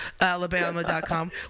alabama.com